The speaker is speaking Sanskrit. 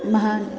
महान्